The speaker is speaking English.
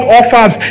offers